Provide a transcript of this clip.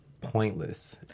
pointless